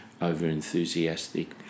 over-enthusiastic